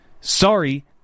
Sorry